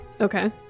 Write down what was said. Okay